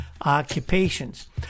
occupations